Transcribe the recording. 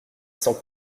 sans